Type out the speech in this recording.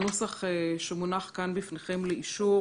הנוסח שמונח כאן לפניכם לאישור